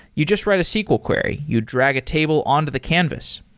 you just write a sql query. you drag a table on to the canvas.